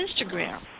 Instagram